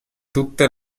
tutte